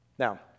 Now